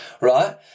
right